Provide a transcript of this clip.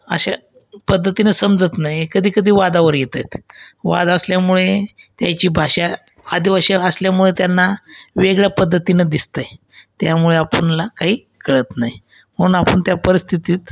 अशा पध्दतीनं समजत नाही कधीकधी वादावर येत आहेत वाद असल्यामुळे त्यांची भाषा आदिवासी असल्यामुळं त्यांना वेगळ्या पध्दतीनं दिसतं आहे त्यामुळे आपणाला काही कळत नाही म्हणून आपण त्या परिस्थितीत